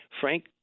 Frank